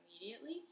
immediately